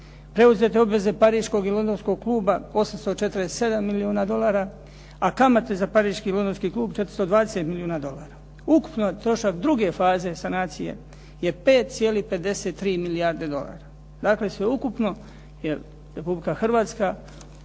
preuzete obveze Priškog i Londonskog kluba 847 milijuna dolara, a kamate za Pariški i Londonski klub 420 milijuna dolara. Ukupan trošak druge faze sanacije je 5,53 milijarde dolara. Dakle, sveukupno je Republika Hrvatska